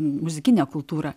muzikinę kultūrą